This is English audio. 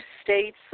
states